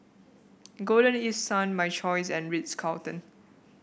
Golden East Sun My Choice and Ritz Carlton